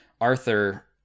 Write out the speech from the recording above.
Arthur